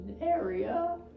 area